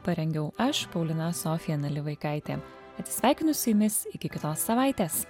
parengiau aš paulina sofija nalivaikaitė atsisveikinu su jumis iki kitos savaitės